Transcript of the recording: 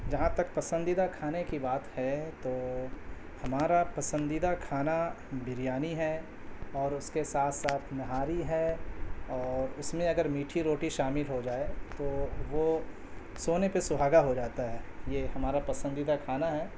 جہاں تک پسندیدہ کھانے کی بات ہے تو ہمارا پسندیدہ کھانا بریانی ہے اور اس کے ساتھ ساتھ نہاری ہے اور اس میں اگر میٹھی روٹی شامل ہو جائے تو وہ سونے پہ سہاگا ہو جاتا ہے یہ ہمارا پسندیدہ کھانا ہے